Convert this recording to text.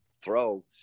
throw